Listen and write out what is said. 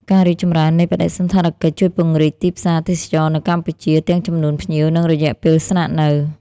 ការរីកចម្រើននៃបដិសណ្ឋារកិច្ចជួយពង្រីកទីផ្សារទេសចរណ៍នៅកម្ពុជា ទាំងចំនួនភ្ញៀវ និងរយៈពេលស្នាក់នៅ។